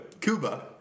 Cuba